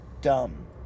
dumb